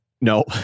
No